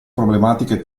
problematiche